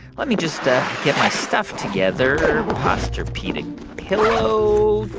let me just get my stuff together posturepedic pillow,